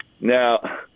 Now